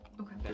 Okay